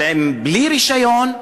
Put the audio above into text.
אבל בלי רישיון,